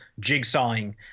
jigsawing